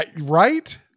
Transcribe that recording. Right